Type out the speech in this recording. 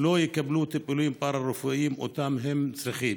לא יקבלו טיפולים פארה-רפואיים שאותם הם צריכים,